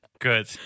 Good